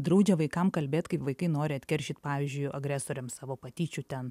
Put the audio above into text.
draudžia vaikam kalbėt kaip vaikai nori atkeršyt pavyzdžiui agresoriam savo patyčių ten